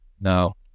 No